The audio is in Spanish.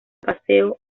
paseo